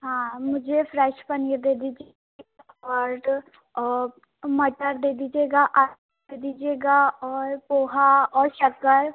हाँ मुझे फ़्रेश पनीर दे दीजिए और मटर दे दीजिएगा दे दीजिएगा और पोहा और शक्कर